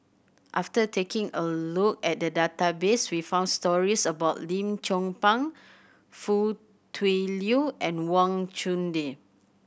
after taking a look at the database we found stories about Lim Chong Pang Foo Tui Liew and Wang Chunde